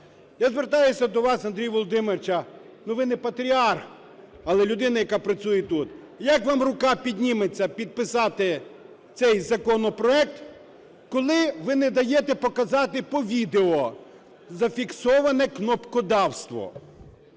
Я звертаюся до вас, Андрій Володимирович, ну, ви не патріарх, але людина, яка працює тут. Як вам рука підніметься підписати цей законопроект, коли ви не даєте показати по відео зафіксоване кнопкодавство?